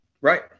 Right